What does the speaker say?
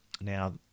Now